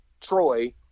Troy